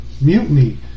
mutiny